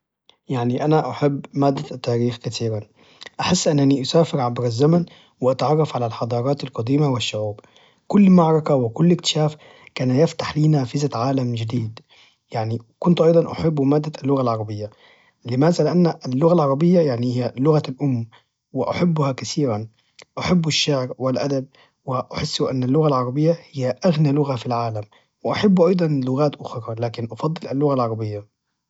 يعني أنا أحب مادة التاريخ كثيرا احس أنني أسافر عبر الزمن واتعرف على الحضارات القديمة والشعوب كل معركة وكل اكتشاف كان يفتح لي نافذة عالم جديد يعني كنت أيضا أحب مادة اللغة العربية لماذا لأن اللغة العربية يعني هي لغة الأم واحبها كثيرا أحب الشعر والأدب واحس ان اللغة العربية هي أغنى لغة في العالم واحب أيضا لغات أخرى لكن أفضل اللغة العربية